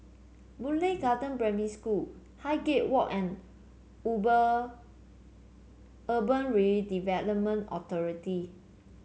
Boon Lay Garden Primary School Highgate Walk and Urban Redevelopment Authority